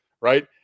Right